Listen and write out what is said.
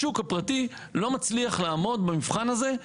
השוק הפרטי לא מצליח לעמוד במבחן הזה.